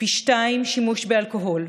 פי שניים שימוש באלכוהול,